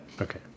Okay